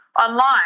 online